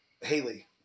Haley